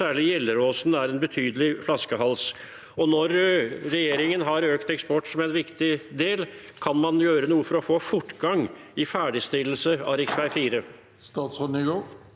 særlig Gjelleråsen er en betydelig flaskehals. Når regjeringen har økt eksport som en viktig del, kan man gjøre noe for å få fortgang i ferdigstillelse av rv. 4?